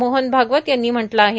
मोहन भागवत यांनी म्हटलं आहे